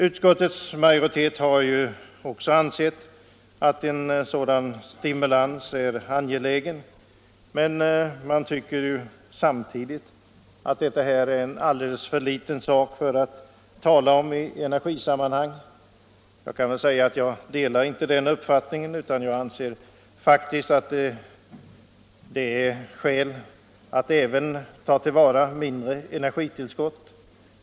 Utskottsmajoriteten har ansett att en sådan stimulans är angelägen, men samtidigt har man tyckt att detta är en alldeles för liten sak att tala om i energisammanhang. Jag delar inte den uppfattningen utan anser att det finns skäl för att ta till vara även mindre energitillskott.